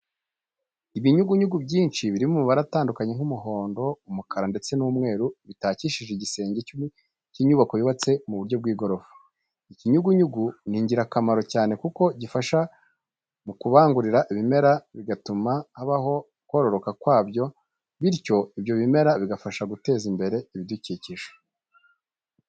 Ibinyugunyugu byinshi biri mu mabara atandukanye nk'umuhondo, umukara ndetse n'umweru bitakishije igisenge cy'inyubako yubatse mu buryo bw'igorofa. Ikinyugunyugu ni ingurakamaro cyane kuko gifasha mu kubangurira ibimera bigatuma habaho kororoka kwabyo bityo ibyo bimera bigafasha guteza imbere ibidukikije.